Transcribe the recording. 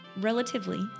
relatively